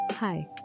Hi